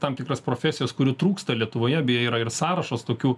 tam tikras profesijas kurių trūksta lietuvoje beje yra ir sąrašas tokių